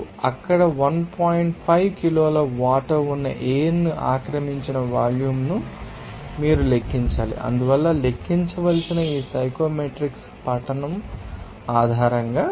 5 కిలోల వాటర్ ఉన్న ఎయిర్ ఆక్రమించిన వాల్యూమ్ను మీరు లెక్కించాలి అందువల్ల లెక్కించవలసినవి ఈ సైకోమెట్రిక్స్ పఠనం ఆధారంగా